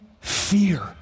fear